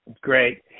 Great